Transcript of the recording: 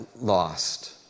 lost